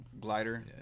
glider